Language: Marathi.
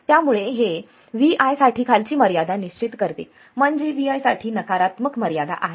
त्यामुळे हे Vi साठी खालची मर्यादा निश्चित करते म्हणजे Vi साठी नकारात्मक मर्यादा आहे